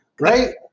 right